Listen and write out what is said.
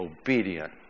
obedient